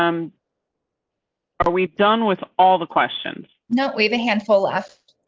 um are we done with all the questions? no, we have a handful of.